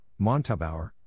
Montabaur